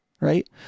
right